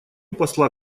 посла